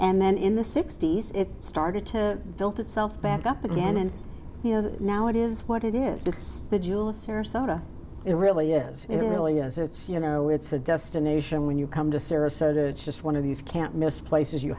and then in the sixty's it started to build itself back up again and you know now it is what it is it's the jewel of sarasota it really is it really is it's you know it's a destination when you come to sarasota just one of these can't miss places you